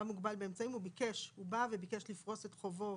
חייב מוגבל באמצעים הוא בא וביקש לפרוס את חובו